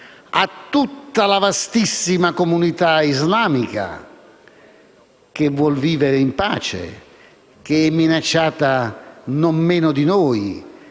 a tutta la vastissima comunità islamica, che vuole vivere in pace e che è minacciata non meno di noi